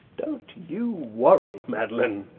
don't you worry, madeleine.